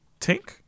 Tink